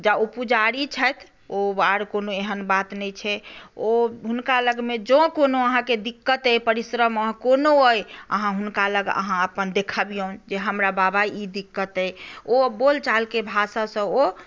जँ ओ पुजारी छथि ओ आर कोनो एहन बात नहि छै ओ हुनका लगमे जँ कोनो अहाँकेँ दिक्कत अहि परिश्रम अहि कोनो अहि अहाँ हुनका लग अहाँ अपन देखबियौन जे हमरा बाबा ई दिक्कत अहि ओ बोलचालके भाषासँ ओ